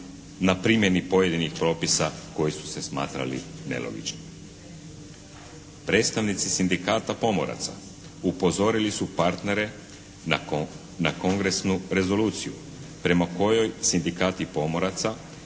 na primjeni pojedinih propisa koji su se smatrali nelogičnim. Predstavnici Sindikata pomoraca upozorili su partnere na Kongresnu rezoluciju prema kojoj Sindikati pomoraca